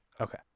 okay